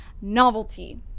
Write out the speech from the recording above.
novelty